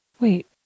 Wait